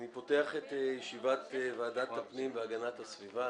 אני פותח את ישיבת ועדת הפנים והגנת הסביבה.